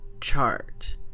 chart